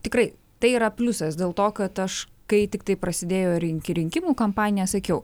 tikrai tai yra pliusas dėl to kad aš kai tiktai prasidėjo rinki rinkimų kampanija sakiau